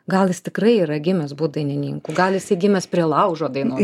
gal jis tikrai yra gimęs būt dainininku gal jisai gimęs prie laužo dainuo